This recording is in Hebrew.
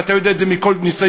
ואתה יודע את זה מכל ניסיון,